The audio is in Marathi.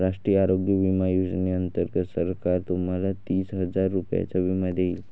राष्ट्रीय आरोग्य विमा योजनेअंतर्गत सरकार तुम्हाला तीस हजार रुपयांचा विमा देईल